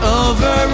over